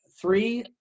three